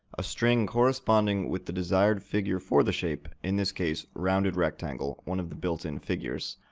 a string corresponding with the desired figure for the shape in this case, roundedrectangle, one of the built-in figures,